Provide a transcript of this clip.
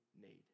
need